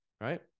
right